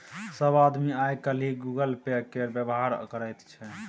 सभ आदमी आय काल्हि गूगल पे केर व्यवहार करैत छै